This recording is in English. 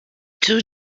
two